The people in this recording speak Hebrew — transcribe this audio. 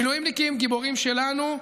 מילואימניקים גיבורים שלנו,